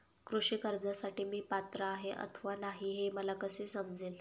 कृषी कर्जासाठी मी पात्र आहे अथवा नाही, हे मला कसे समजेल?